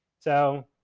so,